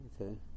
okay